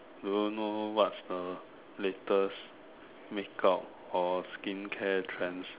do you know what's the latest makeup or skincare trends